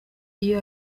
iyo